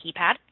keypad